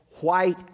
white